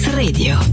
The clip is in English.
radio